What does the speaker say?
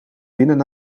winnen